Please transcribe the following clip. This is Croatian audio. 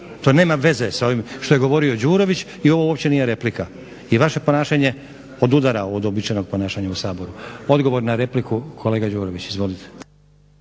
to nema veze s ovim što je govorio Đurović i ovo uopće nije replika i vaše ponašanje odudara od uobičajenog ponašanja u Saboru. Odgovor na repliku, kolega Đurović. Izvolite.